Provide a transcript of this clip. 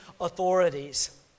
authorities